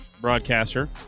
Broadcaster